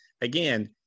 again